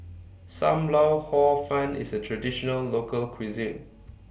SAM Lau Hor Fun IS A Traditional Local Cuisine